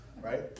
Right